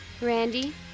Randy